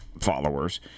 followers